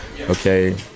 okay